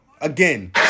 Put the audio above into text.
again